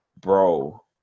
bro